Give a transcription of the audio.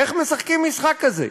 איך משחקים משחק כזה?